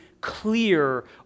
clear